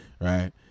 Right